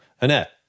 Annette